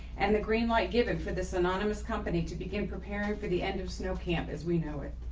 and the green light given for this anonymous company to begin preparing for the end of snow camp as we know it.